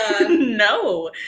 no